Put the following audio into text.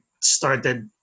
started